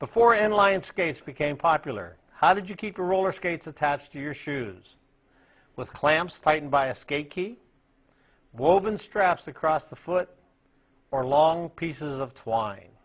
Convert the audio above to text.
before inline skates became popular how did you keep the roller skates attached to your shoes with clamps tightened bias keiki woven straps across the foot or long pieces of twine